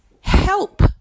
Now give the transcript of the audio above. help